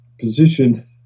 position